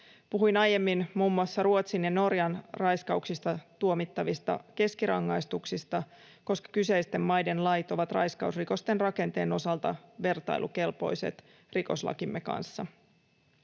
Puhuin aiemmin muun muassa Ruotsissa ja Norjassa raiskauksista tuomittavista keskirangaistuksista, koska kyseisten maiden lait ovat raiskausrikosten rakenteen osalta vertailukelpoiset rikoslakimme kanssa.